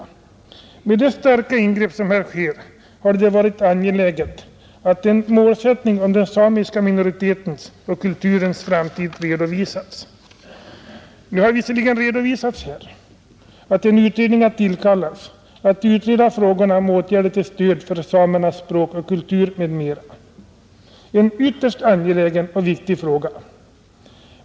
Med de starka ingrepp som här sker hade det varit angeläget att en ”målsättning” om den samiska minoritetens och kulturens framtid redovisats. Nu har visserligen här redovisats att en utredning har tillkallats för att utreda frågan om åtgärder till stöd för samernas språk och kultur m.m, — en ytterst angelägen och viktig fråga.